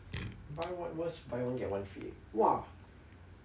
now buy one get one free eh !wah!